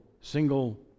single